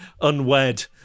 unwed